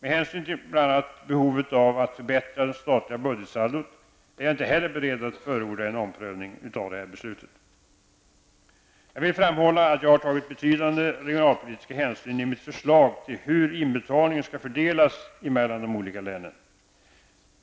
Men hänsyn till bl.a. behovet av att förbättra det statliga budgetsaldot är jag inte heller beredd att förorda en omprövning av detta beslut. Jag vill framhålla att jag har tagit betydande regionalpolitiska hänsyn i mitt förslag till hur inbetalningen skall fördelas mellan de olika länen.